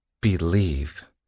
Believe